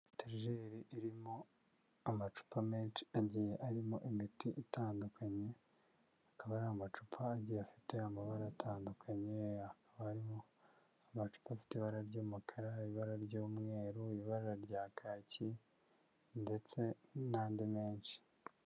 Etajeri irimo amacupa menshi agiye arimo imiti itandukanye, akaba ari amacupa agiye afite amabara atandukanye, hakaba harimo amacupa afite ibara ry'umukara, ibara ry'umweru, ibara rya kaki ndetse n'andi menshi.